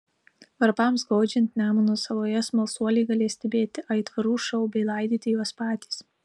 varpams gaudžiant nemuno saloje smalsuoliai galės stebėti aitvarų šou bei laidyti juos patys